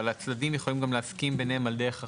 אבל הצדדים יכולים גם להסכים ביניהם על דרך אחרת,